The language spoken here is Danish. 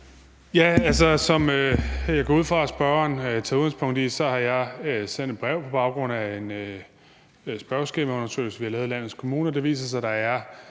Det, jeg går ud fra at spørgeren tager udgangspunkt i, er, at jeg har sendt et brev på baggrund af en spørgeskemaundersøgelse, vi har lavet i landets kommuner.